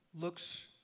looks